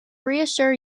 reassure